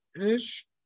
ish